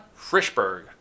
Frischberg